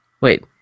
Wait